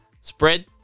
Spread